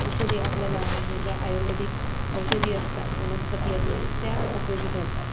औषधी आपल्याला म्हणजे ज्या आयुर्वेदिक औषधी असतात वनस्पती असतात त्या उपयोगी ठरतात